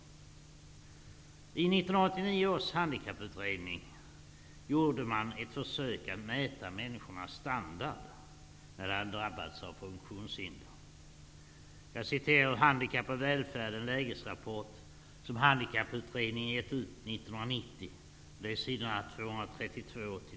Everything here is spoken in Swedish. I 1989 års handikapputredning gjordes ett för sök att mäta människornas standard, för dem som hade drabbats av funktionshinder. Jag skall återge sid. 232--234 ur Handikapp och välfärd -- en läges rapport som Handikapputredningen gav ut 1990.